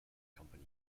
company